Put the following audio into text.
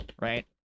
right